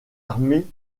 armée